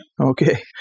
Okay